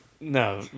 No